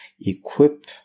equip